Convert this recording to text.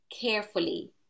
carefully